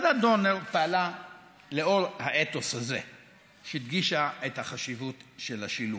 ועדת דורנר פעלה לאור האתוס הזה כשהדגישה את החשיבות של השילוב,